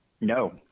No